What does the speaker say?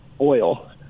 oil